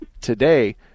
Today